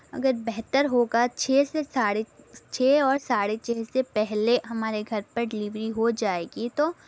اگر بہتر ہوگا چھ سے ساڑھے چھ اور ساڑھے چھ سے پہلے ہمارے گھر پر ڈلیوری ہو جائے گی تو